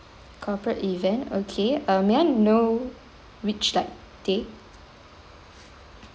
corporate event okay uh may I know which like date